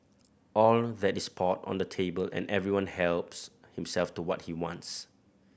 all that is poured on the table and everyone helps himself to what he wants